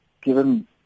given